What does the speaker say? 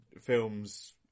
films